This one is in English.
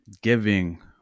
giving